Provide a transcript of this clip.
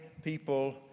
people